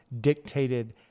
dictated